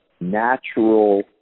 natural